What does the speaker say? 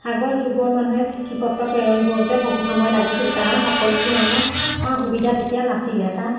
আগৰ যুগৰ মানুহে চিঠি পত্ৰ প্ৰেৰণ কৰোঁতে বহুত সময় লাগিছিল কাৰণ সকলো ধৰণৰ সুবিধা তেতিয়া নাছিলে কাৰণ